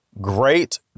Great